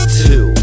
two